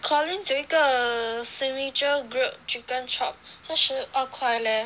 Collins 有一个 err signature grilled chicken chop 他十二块 leh